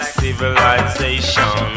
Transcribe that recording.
civilization